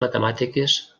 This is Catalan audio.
matemàtiques